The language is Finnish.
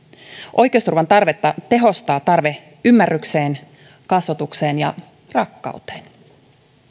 oikeusturvan tarvetta tehostaa tarve ymmärrykseen kasvatukseen ja rakkauteen